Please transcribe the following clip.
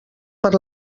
per